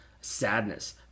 sadness